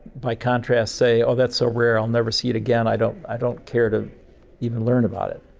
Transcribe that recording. by contrast, say, oh, that's so rare i'll never see it again, i don't i don't care to even learn about it.